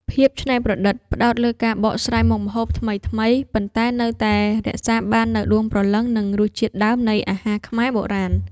ភាពច្នៃប្រឌិត ផ្ដោតលើការបកស្រាយមុខម្ហូបថ្មីៗ ប៉ុន្តែនៅតែរក្សាបាននូវដួងព្រលឹង និងរសជាតិដើមនៃអាហារខ្មែរបុរាណ។